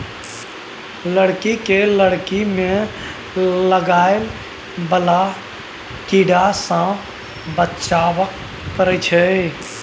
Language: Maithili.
लकड़ी केँ लकड़ी मे लागय बला कीड़ा सँ बचाबय परैत छै